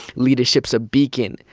leadership's a beacon,